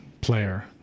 player